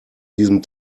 diesem